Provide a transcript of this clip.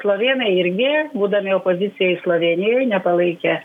slovėnai irgi būdami opozicijoj slovėnijoj nepalaikė